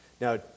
Now